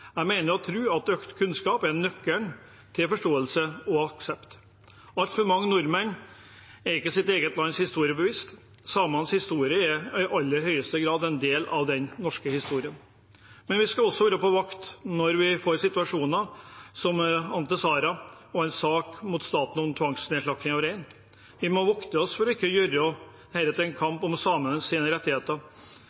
Jeg mener og tror at økt kunnskap er nøkkelen til forståelse og aksept. Altfor mange nordmenn er seg ikke sitt eget lands historie bevisst. Samenes historie er i aller høyeste grad en del av den norske historien. Vi skal også være på vakt når vi får situasjoner som i Jovsset Ánte Saras sak mot staten om tvangsnedslakting av rein. Vi må vokte oss for ikke å gjøre dette til en